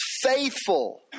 faithful